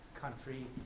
country